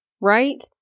right